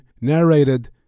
narrated